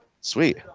sweet